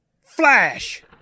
Flash